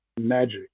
magic